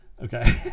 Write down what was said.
Okay